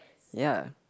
ya